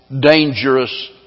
dangerous